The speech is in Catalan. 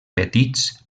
petits